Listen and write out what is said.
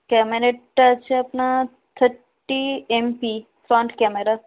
ক্যামেরাটা আছে আপনার থার্টি এমপি ফ্রন্ট ক্যামেরা